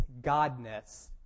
godness